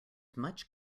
much